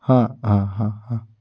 ହଁ ହଁ ହଁ ହଁ